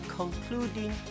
concluding